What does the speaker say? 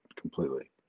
completely